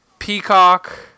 Peacock